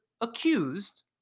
accused